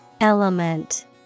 Element